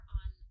on